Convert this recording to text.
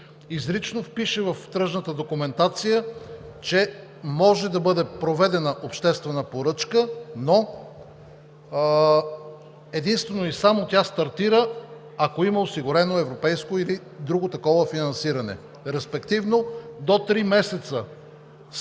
изрично впише в тръжната документация, че може да бъде проведена обществена поръчка, тя стартира единствено и само, ако има осигурено европейско или друго такова финансиране. Респективно, до три месеца